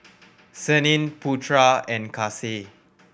Senin Putra and Kasih